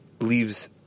leaves